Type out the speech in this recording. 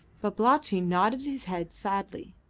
babalatchi nodded his head sadly.